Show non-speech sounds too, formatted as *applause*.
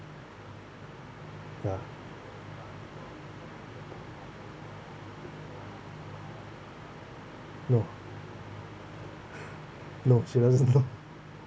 uh no *laughs* no she doesn't know